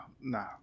nah